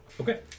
okay